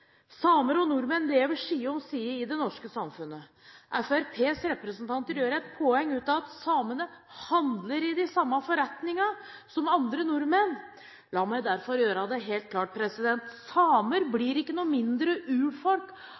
Samer og nordmenn lever side om side i det norske samfunnet. Fremskrittspartiets representanter gjør et poeng ut av at samene «handler i de samme forretninger» som andre nordmenn. La meg derfor gjøre det helt klart: Samene blir ikke noe mindre urfolk